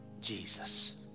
Jesus